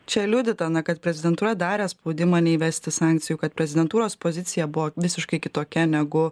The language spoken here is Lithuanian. čia liudyta na kad prezidentūra darė spaudimą neįvesti sankcijų kad prezidentūros pozicija buvo visiškai kitokia negu